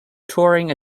touring